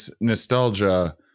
nostalgia